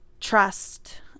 trust